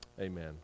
amen